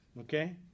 okay